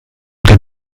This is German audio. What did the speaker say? den